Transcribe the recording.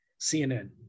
CNN